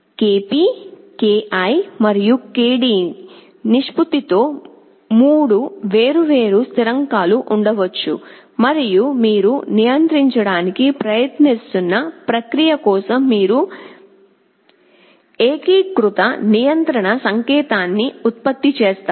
Kp Ki మరియు Kd నిష్పత్తిలో మూడు వేర్వేరు స్థిరాంకాలు ఉండవచ్చు మరియు మీరు నియంత్రించడానికి ప్రయత్నిస్తున్న ప్రక్రియ కోసం మీరు ఏకీకృత నియంత్రణ సంకేతాన్ని ఉత్పత్తి చేస్తారు